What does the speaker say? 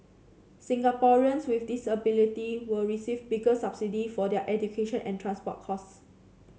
Singaporeans with disability will receive bigger subsidy for their education and transport costs